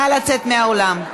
נא לצאת מהאולם,